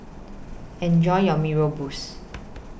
Enjoy your Mee Rebus